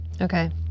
Okay